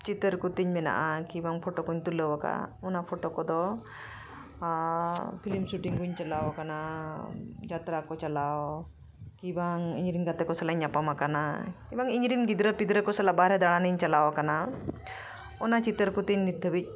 ᱪᱤᱛᱟᱹᱨ ᱠᱚᱛᱤᱧ ᱢᱮᱱᱟᱜᱼᱟ ᱠᱤ ᱵᱟᱝ ᱯᱷᱳᱴᱳ ᱠᱚᱧ ᱛᱩᱞᱟᱹᱣᱟᱠᱟᱜᱼᱟ ᱚᱱᱟ ᱯᱷᱳᱴᱳ ᱠᱚᱫᱚ ᱯᱷᱤᱞᱢ ᱥᱩᱴᱤᱝ ᱠᱚᱧ ᱪᱟᱞᱟᱣ ᱟᱠᱟᱱᱟ ᱡᱟᱛᱨᱟ ᱠᱚ ᱪᱟᱞᱟᱣ ᱠᱤᱵᱟᱝ ᱤᱧᱨᱮᱱ ᱜᱟᱛᱮᱠᱚ ᱥᱟᱞᱟᱜ ᱤᱧ ᱧᱟᱯᱟᱢ ᱟᱠᱟᱱᱟ ᱠᱤᱵᱟᱝ ᱤᱧᱨᱮᱱ ᱜᱤᱫᱽᱨᱟᱹ ᱯᱤᱫᱽᱨᱟᱹ ᱠᱚ ᱥᱟᱞᱟᱜ ᱵᱟᱦᱨᱮ ᱫᱟᱬᱟᱱᱤᱧ ᱪᱟᱞᱟᱣ ᱟᱠᱟᱱᱟ ᱚᱱᱟ ᱪᱤᱛᱟᱹᱨ ᱠᱚᱛᱤᱧ ᱱᱤᱛ ᱫᱷᱟᱹᱵᱤᱡ